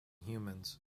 humans